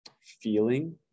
feeling